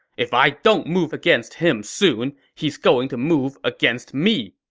if i don't move against him soon, he's going to move against me!